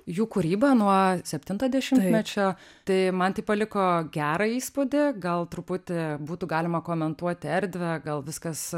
jų kūryba nuo septinto dešimtmečio tai man tai paliko gerą įspūdį gal truputį būtų galima komentuoti erdvę gal viskas